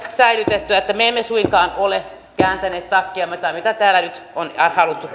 säilytettyä että me emme suinkaan ole kääntäneet takkiamme tai mitä täällä nyt on haluttu